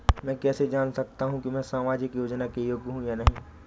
मैं कैसे जान सकता हूँ कि मैं सामाजिक योजना के लिए योग्य हूँ या नहीं?